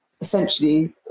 essentially